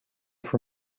for